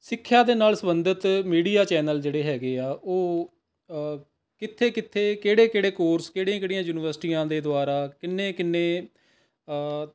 ਸਿੱਖਿਆ ਦੇ ਨਾਲ ਸੰਬੰਧਿਤ ਮੀਡੀਆ ਚੈਨਲ ਜਿਹੜੇ ਹੈਗੇ ਆ ਉਹ ਕਿੱਥੇ ਕਿੱਥੇ ਕਿਹੜੇ ਕਿਹੜੇ ਕੋਰਸ ਕਿਹੜੀਆਂ ਕਿਹੜੀਆਂ ਯੂਨੀਵਰਸਿਟੀਆਂ ਦੇ ਦੁਆਰਾ ਕਿੰਨੇ ਕਿੰਨੇ